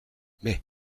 mais